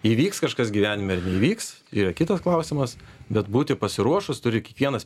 įvyks kažkas gyvenime ar neįvyks yra kitas klausimas bet būti pasiruošus turi kiekvienas